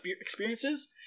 experiences